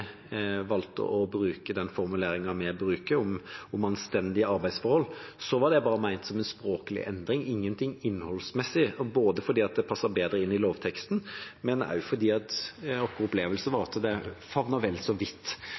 valgte å bruke den formuleringen vi bruker, om «anstendige arbeidsforhold», var det bare ment som en språklig endring – ingenting innholdsmessig – både fordi det passet bedre inn i lovteksten, og fordi vår opplevelse var at det favner vel så vidt.